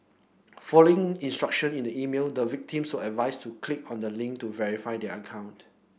following instruction in the email the victims a advised to click on the link to verify their account